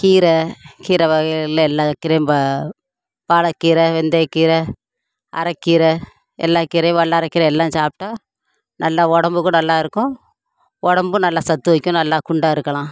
கீரை கீரை வகைகளில் எல்லா கீரையும் பாலக்கீரை வெந்தயக்கீரை அரைக்கீரை எல்லா கீரையும் வல்லாரக்கீரை எல்லாம் சாப்பிட்டா நல்லா உடம்புக்கும் நல்லா இருக்கும் உடம்பும் நல்லா சத்து வைக்கும் நல்லா குண்டாக இருக்கலாம்